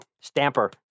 stamper